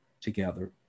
together